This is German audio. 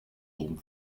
oben